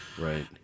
Right